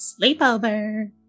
sleepover